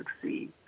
succeed